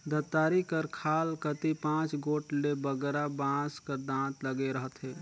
दँतारी कर खाल कती पाँच गोट ले बगरा बाँस कर दाँत लगे रहथे